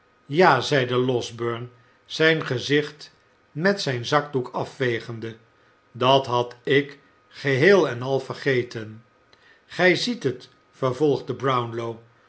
ja zeide losberne zijn gezicht met zijn zakdoek afvegende dat had ik geheel en al vergeten gij ziet het vervolgde brownlow